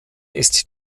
ist